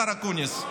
השר אקוניס,